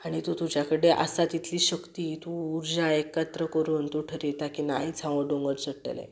आनी तूं तुज्या कडेन आसा तितलीय शक्ती तूं उर्जा एकत्र करून तूं थारयता की ना आयज हांव हो डोंगर चडटलें